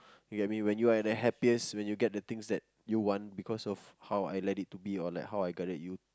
you get I mean when you are at the happiest when you get the things that you want because of how I let it to be or how I correct you